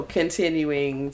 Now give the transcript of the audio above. continuing